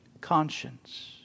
conscience